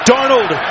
Darnold